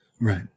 Right